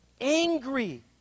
angry